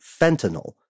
fentanyl